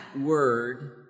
word